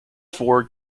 four